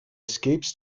escapes